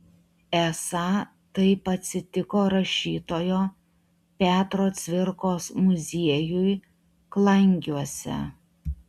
esą taip atsitiko rašytojo petro cvirkos muziejui klangiuose